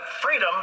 freedom